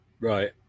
right